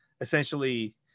essentially